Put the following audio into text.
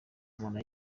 umuntu